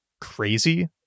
crazy